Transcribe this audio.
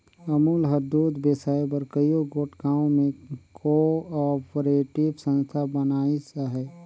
अमूल हर दूद बेसाए बर कइयो गोट गाँव में को आपरेटिव संस्था बनाइस अहे